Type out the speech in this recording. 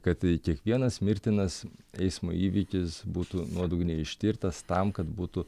kad kiekvienas mirtinas eismo įvykis būtų nuodugniai ištirtas tam kad būtų